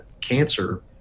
cancer